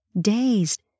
dazed